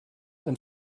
and